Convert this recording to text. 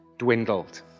dwindled